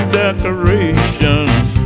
decorations